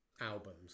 albums